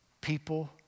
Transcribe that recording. People